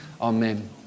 Amen